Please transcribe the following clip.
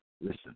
listen